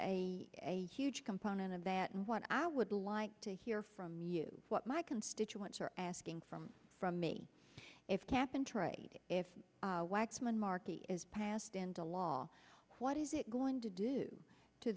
a huge component of that and what i would like to hear from you what my constituents are asking for from me if cap and trade if x men marcie is passed into law what is it going to do to